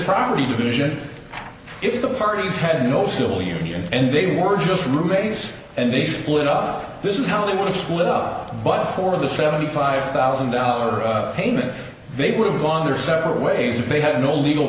property division if the parties had no civil union and they were just roommates and they split up this is how they want to split up but for the seventy five thousand dollars payment they would have gone their separate ways if they had no legal